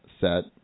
set